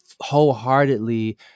wholeheartedly